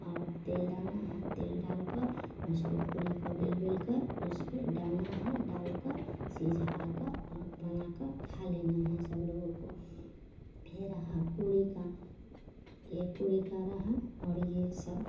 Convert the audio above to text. और तेल डालना है तेल डालकर उसको पूड़ी को बेल बेलकर उस पो डालना है डालकर सीझाकर और बनाकर खा लेना है सब लोगों को यह रहा पूड़ी का यह पूड़ी का रहा और यह सब